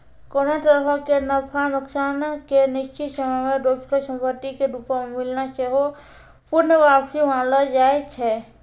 कोनो तरहो के नफा नुकसान के निश्चित समय मे दोसरो संपत्ति के रूपो मे मिलना सेहो पूर्ण वापसी मानलो जाय छै